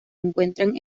encuentran